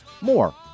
More